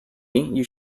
you